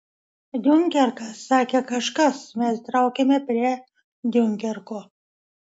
diunkerkas sakė kažkas mes traukiame prie diunkerko